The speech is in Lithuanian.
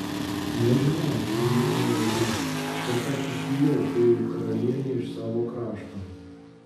nežinau sumurmėjo ji bet aš išvijau fėjų karalienę iš savo krašto